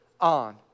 on